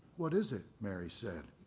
what is it? mary said.